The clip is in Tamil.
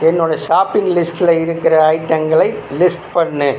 என்னோடய ஷாப்பிங் லிஸ்ட்டில் இருக்கிற ஐட்டங்களை லிஸ்ட் பண்ணு